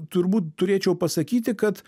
turbūt turėčiau pasakyti kad